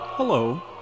Hello